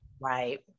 Right